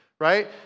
right